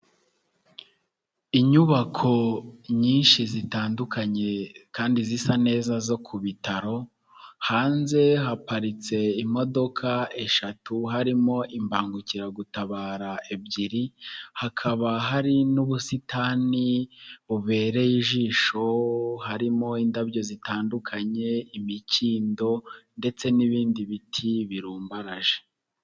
Inyubako nyinshi zitandukanye kandi zisa neza zo ku bitaro, hanze haparitse imodoka eshatu harimo imbangukiragutabara ebyiri. Hakaba hari n'ubusitani bubereye ijisho harimo indabyo zitandukanye, imikindo ndetse n'ibindi biti birumbaraje.